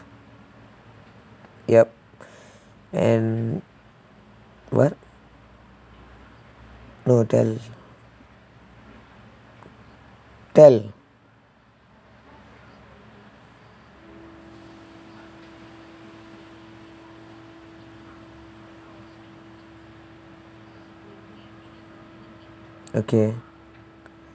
yup and what no tell us tell okay